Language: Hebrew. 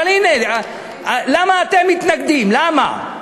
אבל הנה, למה אתם מתנגדים, למה?